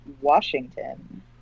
Washington